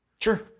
Sure